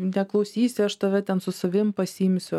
neklausysi aš tave ten su savim pasiimsiu